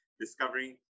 discovering